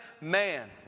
man